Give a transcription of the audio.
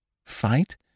Fight